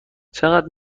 چقدر